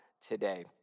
today